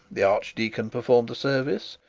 the archdeacon performed the service,